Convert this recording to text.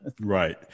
Right